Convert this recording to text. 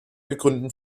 gegründeten